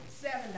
Seven